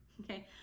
Okay